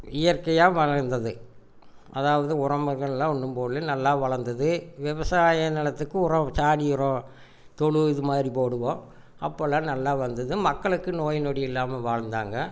இயற்கையாக வளர்ந்தது அதாவது உரமுகளெல்லாம் ஒன்றும் போடலை நல்லா வளர்ந்துது விவசாய நிலத்துக்கு உரம் சாணி உரம் தொழு இதுமாதிரி போடுவோம் அப்போவெல்லாம் நல்லா வளர்ந்துது மக்களுக்கு நோய்நொடி இல்லாமல் வாழ்ந்தாங்க